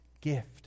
gift